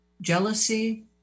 jealousy